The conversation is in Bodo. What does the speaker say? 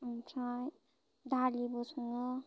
ओमफ्राय दालिबो सङो